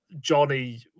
Johnny